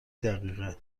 دقیقه